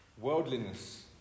worldliness